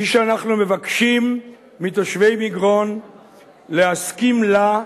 שאנחנו מבקשים מתושבי מגרון להסכים לה,